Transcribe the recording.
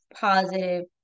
positive